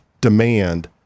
demand